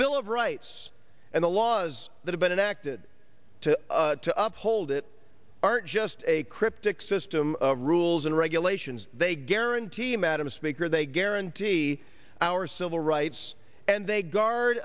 bill of rights and the laws that have been enacted to to up hold it aren't just a cryptic system of rules and regulations they guarantee madam speaker they guarantee our civil rights and they guard